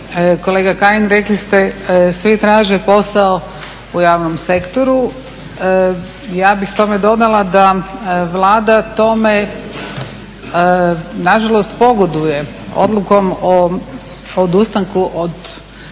Kolega Kajin, rekli ste svi traže posao u javnom sektoru. Ja bih tome dodala da Vlada tome nažalost pogoduje odlukom o odustanku od